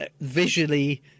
visually